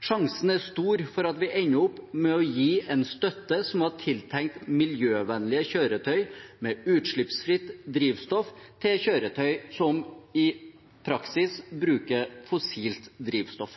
Sjansen er stor for at vi ender opp med å gi en støtte som er tiltenkt miljøvennlige kjøretøy med utslippsfritt drivstoff, til kjøretøy som i praksis bruker fossilt drivstoff.